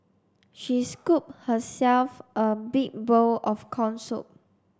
she scooped herself a big bowl of corn soup